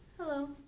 Hello